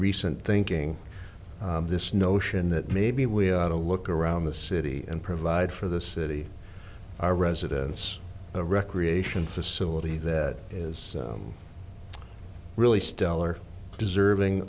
recent thinking this notion that maybe we ought to look around the city and provide for the city our residence a recreation facility that is really stellar deserving